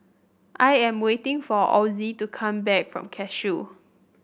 I am waiting for Ozie to come back from Cashew